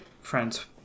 friends